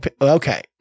okay